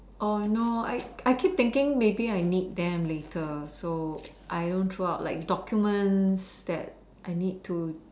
oh no I I keep thinking maybe I need them later like documents that I need to